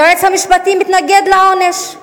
היועץ המשפטי מתנגד לעונש.